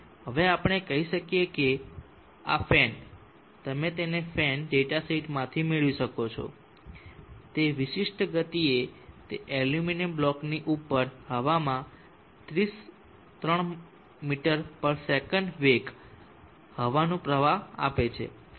હવે આપણે કહી શકીએ કે આ ચાહક તમે તેને ફેન ડેટા શીટમાંથી મેળવી શકો છો એક વિશિષ્ટ ગતિએ તે એલ્યુમિનિયમ બ્લોકની ઉપર હવામાં 3 મી સે વેગ હવાનું પ્રવાહ આપે છે